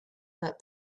that